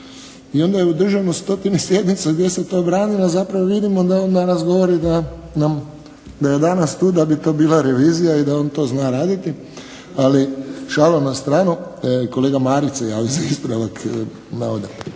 i onda je održano stotine sjednica gdje se to branilo, a zapravo vidimo da on danas govori da nam, da je danas tu da bi to bila revizija i da on to zna raditi, ali šala na stranu. Kolega Marić se javio za ispravak navoda.